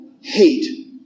hate